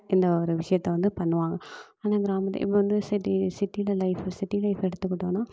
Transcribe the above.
இந்த ஒரு விஷயத்த வந்து பண்ணுவாங்க ஆனால் கிராமத்தில் இப்போ வந்து சிட்டி சிட்டியில் லைஃப் சிட்டி லைஃபை எடுத்துக்கிட்டோனால்